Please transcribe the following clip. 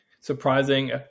surprising